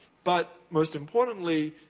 but, most importantly,